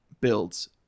builds